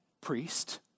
Priest